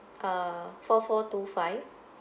uh four four two five